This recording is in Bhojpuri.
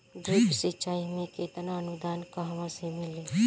ड्रिप सिंचाई मे केतना अनुदान कहवा से मिली?